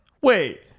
Wait